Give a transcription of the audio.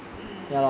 mm